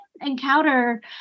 encounter